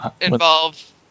involve